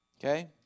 okay